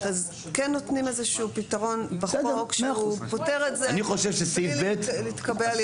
אז כן נותנים איזשהו פתרון בחוק שהוא פותר את זה בלי להתקבע ליום ראשון.